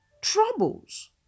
troubles